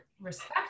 respect